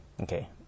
Okay